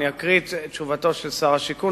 אני אקריא את תשובתו של שר השיכון,